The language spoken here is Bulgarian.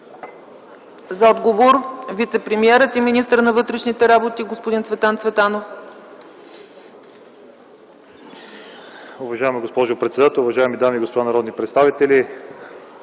има думата вицепремиерът и министър на вътрешните работи господин Цветан Цветанов.